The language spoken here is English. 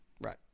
Right